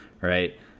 right